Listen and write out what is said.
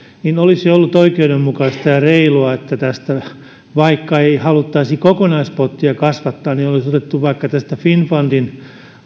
niin olisi ollut oikeudenmukaista ja reilua että vaikka ei haluttaisi kokonaispottia kasvattaa niin olisi otettu vaikka tästä finnfundin